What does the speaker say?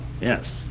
Yes